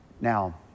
now